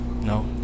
no